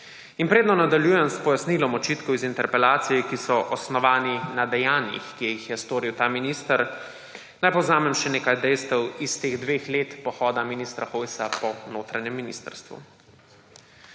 In preden nadaljujem s pojasnilom očitkov iz interpelacije, ki so osnovani na dejanjih, ki jih je storil ta minister, naj povzamem še nekaj dejstev iz teh dveh let pohoda ministra Hojsa po notranjem ministrstvu.